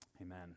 amen